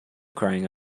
crying